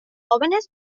jóvenes